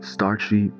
Starchy